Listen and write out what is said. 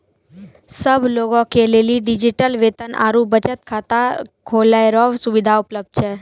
सब लोगे के लेली डिजिटल वेतन आरू बचत खाता खोलै रो सुविधा उपलब्ध छै